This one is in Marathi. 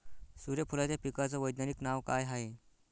सुर्यफूलाच्या पिकाचं वैज्ञानिक नाव काय हाये?